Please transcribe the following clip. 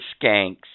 skanks